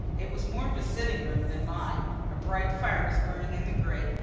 it was more of a sitting-room than mine a bright fire was burning in the grate,